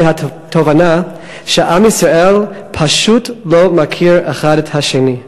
התובנה שבעם ישראל פשוט אחד לא מכיר את השני.